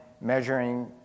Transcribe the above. measuring